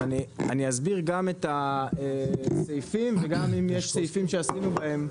אז אני אסביר גם את הסעיפים וגם אם יש סעיפים שעשינו בהם,